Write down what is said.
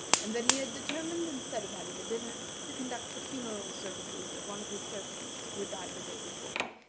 and that he had determined, instead of having a dinner, to conduct the funeral services of one of his servants who had died the day before.